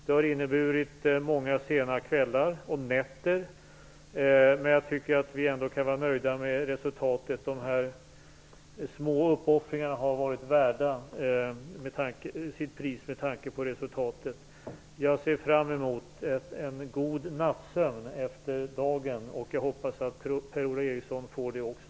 Det har inneburit många sena kvällar och nätter, men jag tycker att vi ändå kan vara nöjda med resultatet. De här små uppoffringarna har varit värda sitt pris med tanke på resultatet. Jag ser fram mot en god nattsömn efter dagen. Jag hoppas att Per-Ola Eriksson får det också.